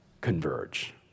converge